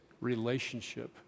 relationship